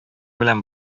белән